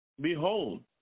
Behold